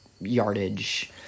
yardage